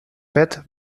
fet